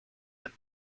new